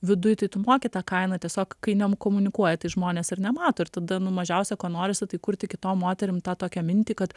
viduj tai tu moki tą kainą tiesiog kai nekomunikuoji tai žmonės ir nemato ir tada nu mažiausia ko norisi tai kurti kitom moterim tą tokią mintį kad